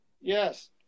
Yes